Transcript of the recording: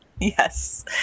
Yes